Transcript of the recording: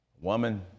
woman